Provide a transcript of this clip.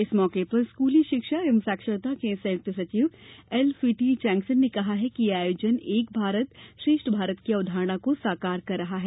इस मौके पर स्कूली शिक्षा एवं साक्षारता के संयुक्त सचिव एल स्वीटी चैंगसन ने कहा कि यह आयोजन एक भारत श्रेष्ठ भारत की अवधारणा को साकार कर रहा है